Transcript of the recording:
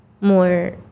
more